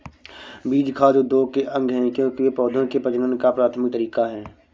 बीज खाद्य उद्योग के अंग है, क्योंकि वे पौधों के प्रजनन का प्राथमिक तरीका है